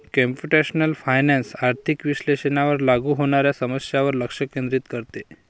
computational finance आर्थिक विश्लेषणावर लागू होणाऱ्या समस्यांवर लक्ष केंद्रित करते